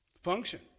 function